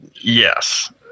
yes